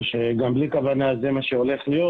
או שגם בלי כוונה זה מה שהולך להיות